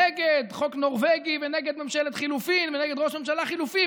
נגד חוק נורבגי ונגד ממשלת חילופים ונגד ראש ממשלה חילופי,